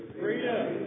Freedom